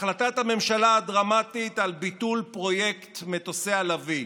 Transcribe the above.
החלטת הממשלה הדרמטית על ביטול פרויקט מטוסי הלביא,